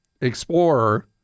Explorer